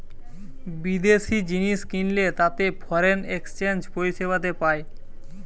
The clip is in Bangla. বিদেশি জিনিস কিনলে তাতে ফরেন এক্সচেঞ্জ পরিষেবাতে পায়